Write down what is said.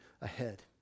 ahead